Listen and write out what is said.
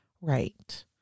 Right